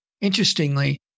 Interestingly